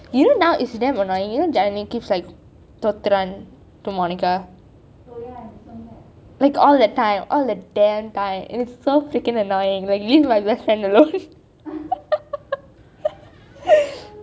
you know now is damn annoying you know janani keeps like துரத்துறான்:thurathuraan to monica like all the time all the damn time it's so freaking annoying leave my best friend alone